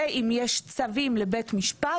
ואם יש צווים לבית משפט,